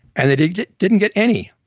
and they didn't get didn't get any.